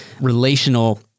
relational